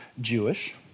Jewish